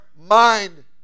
mind